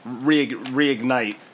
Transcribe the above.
reignite